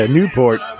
Newport